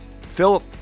Philip